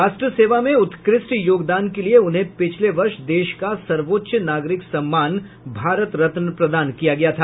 राष्ट्र सेवा में उत्कृष्ट योगदान के लिये उन्हें पिछले वर्ष देश का सर्वोच्च नागरिक सम्मान भारत रत्न प्रदान किया गया था